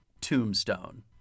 Tombstone